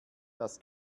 das